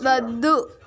వద్దు